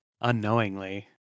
unknowingly